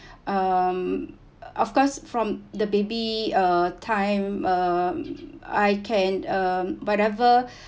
um of course from the baby uh time uh I can uh whatever